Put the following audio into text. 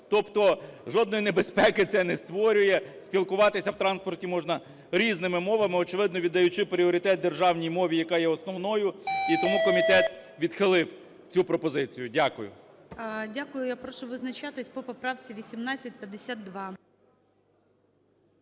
Тобто жодної небезпеки це не створює, спілкуватися в транспорті можна різними мовами, очевидно, віддаючи пріоритет державній мові, яка є основною. І тому комітет відхилив цю пропозицію. Дякую. ГОЛОВУЮЧИЙ. Дякую. Я прошу визначатися по поправці 1852.